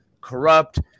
Corrupt